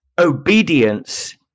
obedience